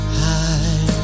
high